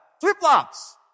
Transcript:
flip-flops